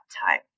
time